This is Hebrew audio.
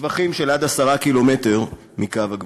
בטווחים של עד 10 קילומטר מקו הגבול.